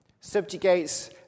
subjugates